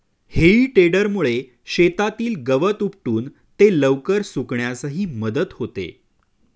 हेई टेडरमुळे शेतातील गवत उपटून ते लवकर सुकण्यासही मदत होते